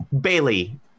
Bailey